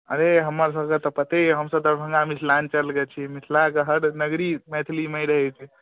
अरे हमरसभके तऽ पते यए हमसभ दरभंगा मिथिलाञ्चलके छी मिथिलाके हर नगरी मैथिलीमय रहैत छै